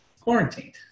quarantined